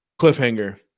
cliffhanger